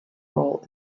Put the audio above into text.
role